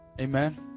Amen